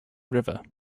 river